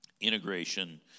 integration